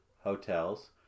hotels